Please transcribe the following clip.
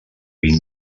vint